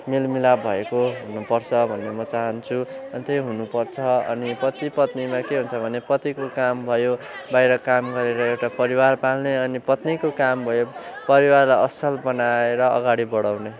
मेलमिलाप भएको हुनुपर्छ भन्ने म चाहन्छु अनि त्यही हुनुपर्छ अनि पति पत्नीमा के हुन्छ भने पतिको काम भयो बाहिर काम गरेर एउटा परिवार पाल्ने अनि पत्नीको काम भयो परिवारलाई असल बनाएर अगाडि बढाउने